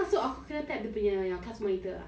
then aku macam [sial] ah apa siak